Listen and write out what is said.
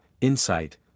insight